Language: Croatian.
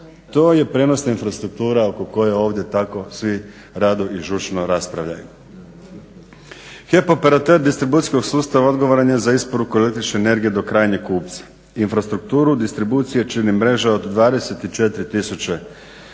To je prijenosna infrastruktura oko koje ovdje tako svi rado i žučno raspravljaju. HEP operater distribucijskog sustava odgovoran je za isporuku električne energije do krajnjeg kupca. Infrastrukturu distribucije čine mreže od 24000 raznih